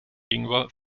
gegenüber